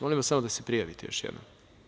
Molim vas da se prijavite još jednom.